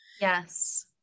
yes